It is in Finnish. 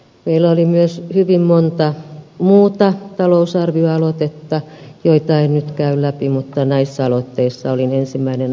meillä oli myös hyvin monta muuta talousarvioaloitetta joita en nyt käy läpi mutta näissä aloitteissa olin ensimmäinen allekirjoittaja